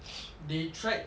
they tried